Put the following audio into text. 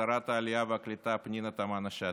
לשרת העלייה והקליטה פנינה תמנו שטה,